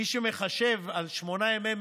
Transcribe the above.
מי שמחשב על שמונה ימים,